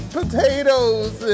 potatoes